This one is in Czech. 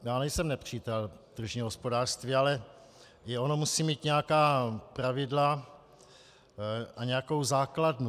Já nejsem nepřítel tržního hospodářství, ale i ono musí mít nějaká pravidla a nějakou základnu.